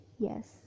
yes